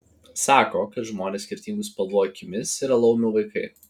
sako kad žmonės skirtingų spalvų akimis yra laumių vaikai